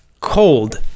cold